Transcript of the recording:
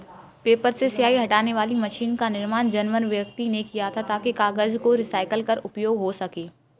paper से स्याही हटाने वाली मशीन का निर्माण जर्मन व्यक्ति ने किया था ताकि कागज को रिसाईकल कर उपयोग हो सकें